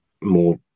more